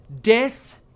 death